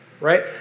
Right